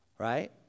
Right